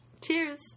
Cheers